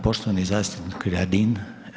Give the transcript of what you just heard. Poštovani zastupnik Radin.